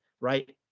right